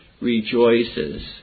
rejoices